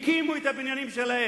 הקימו את הבניינים שלהם,